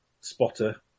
spotter